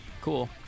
Cool